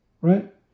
right